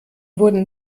wurden